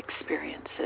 experiences